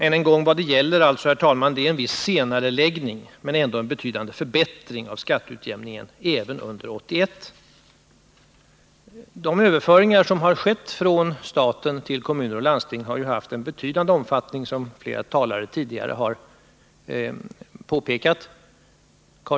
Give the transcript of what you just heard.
Än en gång, herr talman: Vad det gäller är alltså en viss senareläggning, men det är ändå fråga om en betydande förbättring av skatteutjämningen, även under 1981. De överföringar som skett från staten till kommuner och landsting har haft en betydande omfattning, något som flera talare tidigare har påpekat.